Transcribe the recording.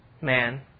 man